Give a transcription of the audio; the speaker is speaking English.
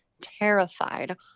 terrified